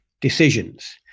decisions